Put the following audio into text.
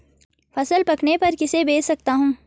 फसल पकने पर किसे बेच सकता हूँ?